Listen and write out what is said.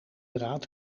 draad